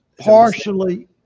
Partially